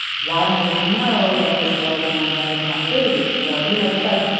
why don't women know that there's more than one way to have a baby? or you know it's like,